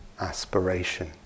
aspiration